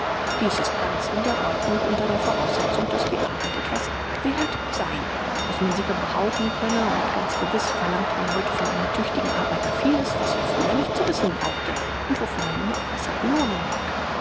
dies ist ganz in der ordnung unter der voraussetzung daß die arbeit etwas werth sei daß man sie gebrauchen könne und ganz gewiß verlangt man heute von einem tüchtigen arbeiter vieles was er früher nicht zu wissen brauchte und wofür man ihn auch besser belohnen mag